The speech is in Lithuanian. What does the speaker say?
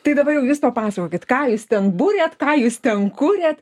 tai dabar jau jūs papasakokit ką jūs ten buriat ką jūs ten kuriat